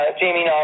Jamie